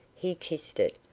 he kissed it,